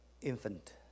infant